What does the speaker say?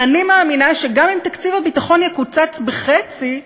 אני מאמינה שגם אם תקציב הביטחון יקוצץ בחצי,